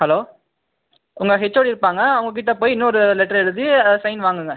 hello உங்கள் HOD இருப்பாங்கள் அவங்ககிட்ட போய் இன்னொரு லெட்டர் எழுதி சைன் வாங்குங்கள்